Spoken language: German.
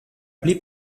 blieb